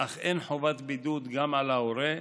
אך אין חובת בידוד גם על ההורה,